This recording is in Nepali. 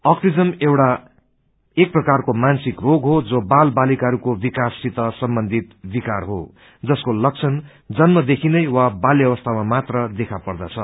आक्टिजम एक प्रकारको मानसिक रोग हो जो बाल बालिकाहरूको विकाससित सम्बन्धित विकार हो जसको लक्षण जन्मदेखि नै वा बाल्यावस्थामा मात्र देखा पर्दछ